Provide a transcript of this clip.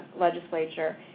legislature